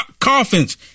coffins